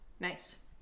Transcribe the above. Nice